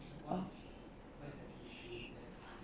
ah